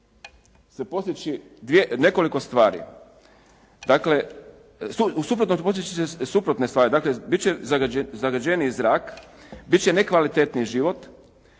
se postići nekoliko stvari, postići će se suprotne stvari. Dakle, bit će zagađeniji zrak, bit će nekvalitetni život,